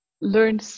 learn